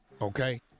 Okay